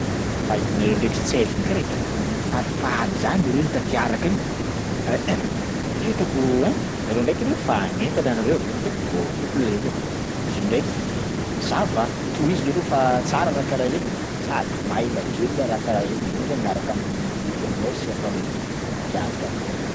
Hay! nareo ndraiky tsaiky iny karaha hitako falifaly zany leroy tafiaraka iny bakeo hitako ein nareo ndraiky aloha fanentana anareo nareo ndraiky beau couple leroa. Zio ndraiky ça va, tohizo leroa fa tsara raha karaha reny sady mahaela velona raha karaha reny, ianao zany miaraka amin'olona mety aminao sy apa l'aise anao. Kiasy raha karaha zany.